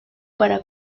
para